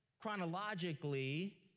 Chronologically